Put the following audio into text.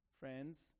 Friends